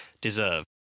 deserve